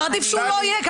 כבר עדיף שהוא לא יהיה,